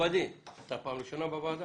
אתה לא פעם ראשונה בוועדה.